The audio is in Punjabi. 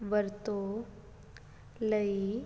ਵਰਤੋਂ ਲਈ